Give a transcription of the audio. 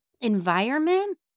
environment